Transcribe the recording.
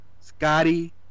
Scotty